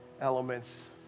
elements